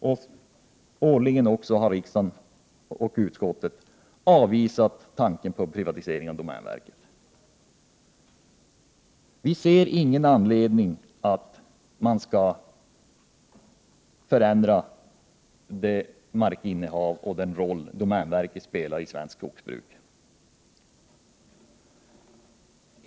Utskottet och riksdagen har ständigt avvisat tanken på en privatisering av domänverket. Vi ser ingen anledning till att man skall förändra domänverkets markinnehav och den roll som domänverket spelar i svenskt skogsbruk.